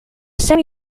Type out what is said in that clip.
semi